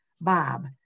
Bob